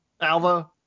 Alva